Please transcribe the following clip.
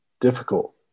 difficult